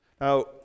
Now